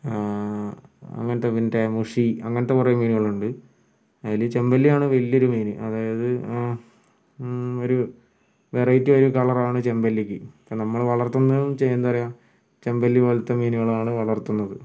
അങ്ങനത്തെ മീനിൻ്റെ മുഷി അങ്ങനത്തെ കുറേ മീനുകളുണ്ട് അതിൽ ചെമ്പല്ലി ആണ് വലിയൊരു മീൻ അതായത് ഒരു വെറൈറ്റി ഒരു കളറാണ് ചെമ്പല്ലിക്ക് അത് നമ്മൾ വളർത്തുന്നതും എന്താ പറയുക ചെമ്പല്ലി പോലത്തെ മീനുകളാണ് വളർത്തുന്നത്